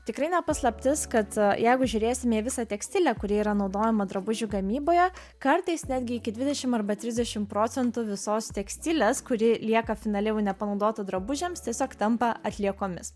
tikrai ne paslaptis kad jeigu žiūrėsime į visą tekstilę kuri yra naudojama drabužių gamyboje kartais netgi iki dvidešim arba trisdešim procentų visos tekstilės kuri lieka finale jau nepanaudota drabužiams tiesiog tampa atliekomis